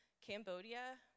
Cambodia